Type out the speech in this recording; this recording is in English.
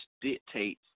dictates